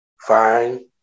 fine